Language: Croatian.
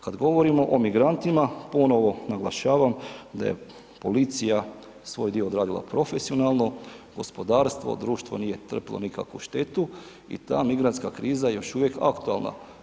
Kad govorimo o migrantima ponovo naglašavam da je policija svoj dio odradila profesionalno, gospodarstvo, društvo nije trpilo nikakvu štetu i ta migrantska kriza još uvije aktualna.